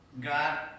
God